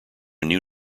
new